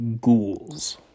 ghouls